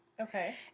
Okay